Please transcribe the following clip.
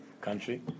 country